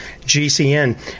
GCN